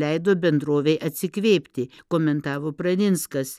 leido bendrovei atsikvėpti komentavo praninskas